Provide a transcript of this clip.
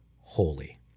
holy